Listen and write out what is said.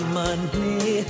money